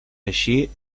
així